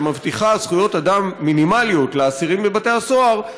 שמבטיחה זכויות אדם מינימליות לאסירים בבתי הסוהר,